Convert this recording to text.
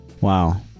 wow